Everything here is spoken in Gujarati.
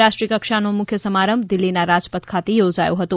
રાષ્ટ્રીય કક્ષાનો મુખ્ય સમારંભ દિલ્હીના રાજપથ ખાતે યોજાયો હતો